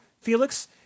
Felix